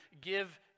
give